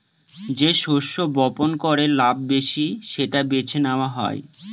যে শস্য বপন করে লাভ বেশি সেটা বেছে নেওয়া হয়